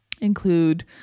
include